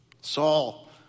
Saul